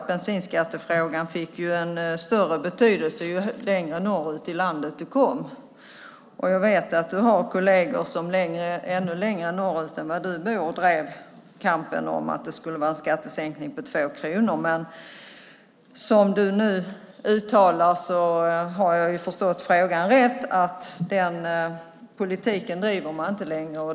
Bensinskattefrågan fick en större betydelse ju längre norrut i landet du kom. Jag vet att du har kolleger som bor ännu längre norrut än du som drev kampen om att det skulle vara en skattesänkning på 2 kronor. Men som du nu uttalar har jag förstått frågan rätt. Den politiken driver man inte längre.